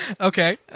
Okay